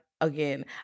again